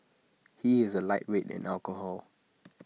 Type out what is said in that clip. he is A lightweight in alcohol